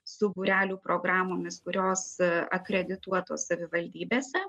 su būrelių programomis kurios akredituotos savivaldybėse